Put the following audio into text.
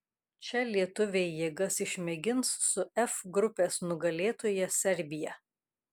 čia lietuviai jėgas išmėgins su f grupės nugalėtoja serbija